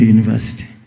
University